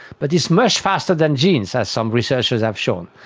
but it's much faster than genes, as some researchers have shown.